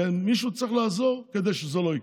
ומישהו צריך לעזור כדי שזה לא יקרה,